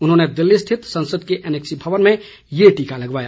उन्होंने दिल्ली स्थित संसद के एनैक्सी भवन में ये टीका लगवाया